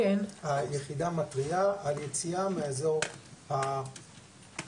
היחידה מתריעה על יציאה מאזור ההגנה.